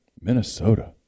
Minnesota